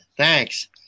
Thanks